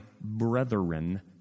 brethren